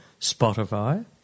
Spotify